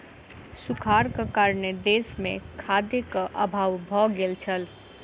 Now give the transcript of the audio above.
सूखाड़क कारणेँ देस मे खाद्यक अभाव भ गेल छल